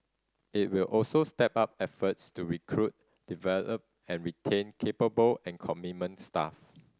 it will also step up efforts to recruit develop and retain capable and commitment staff